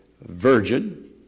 virgin